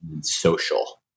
social